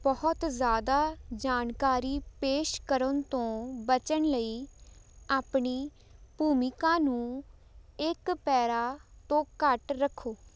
ਬਹੁਤ ਜ਼ਿਆਦਾ ਜਾਣਕਾਰੀ ਪੇਸ਼ ਕਰਨ ਤੋਂ ਬਚਣ ਲਈ ਆਪਣੀ ਭੂਮਿਕਾ ਨੂੰ ਇੱਕ ਪੈਰਾ ਤੋਂ ਘੱਟ ਰੱਖੋ